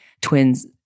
twins